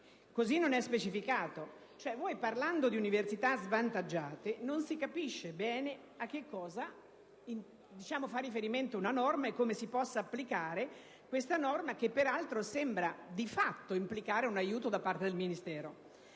così non è specificato. Parlando cioè di università svantaggiate non si capisce bene a che cosa fa riferimento la norma e come si possa applicare; peraltro, essa sembra di fatto implicare un aiuto da parte del Ministero.